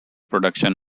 production